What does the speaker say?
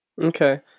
Okay